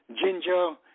ginger